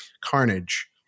carnage